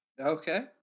Okay